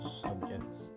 subjects